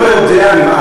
אני לא יודע, אני מעריך.